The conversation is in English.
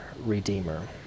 redeemer